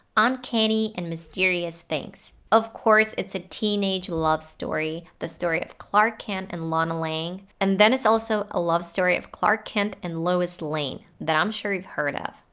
uncanny and mysterious things. of course it's a teenage love story the story of clark kent and lana lang. and then, it's also the ah love story of clark kent and lois lane that i'm sure you've heard of.